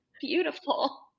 beautiful